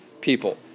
people